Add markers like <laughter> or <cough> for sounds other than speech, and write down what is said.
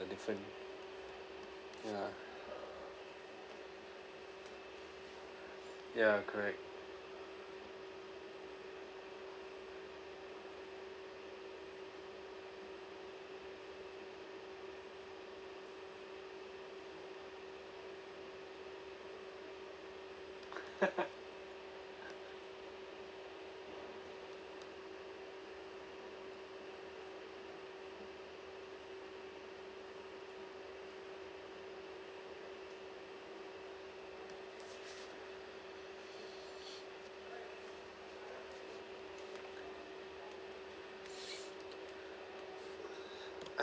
a different ya ya correct <laughs>